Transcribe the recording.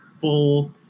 full